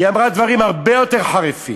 היא אמרה דברים הרבה יותר חריפים.